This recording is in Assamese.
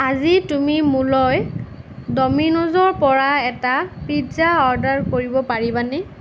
আজি তুমি মোলৈ ড'মিন'জৰপৰা এটা পিজ্জা অৰ্ডাৰ কৰিব পাৰিবানে